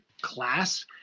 class